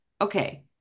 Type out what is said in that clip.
okay